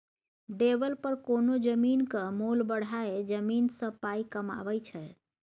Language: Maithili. डेबलपर कोनो जमीनक मोल बढ़ाए जमीन सँ पाइ कमाबै छै